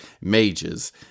mages